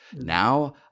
Now